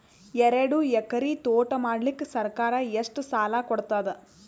ಎರಡು ಎಕರಿ ತೋಟ ಮಾಡಲಿಕ್ಕ ಸರ್ಕಾರ ಎಷ್ಟ ಸಾಲ ಕೊಡತದ?